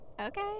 Okay